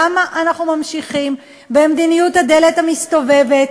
למה אנחנו ממשיכים במדיניות הדלת המסתובבת,